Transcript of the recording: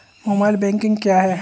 Mobile banking क्या है?